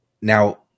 Now